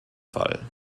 fall